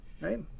right